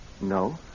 No